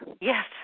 Yes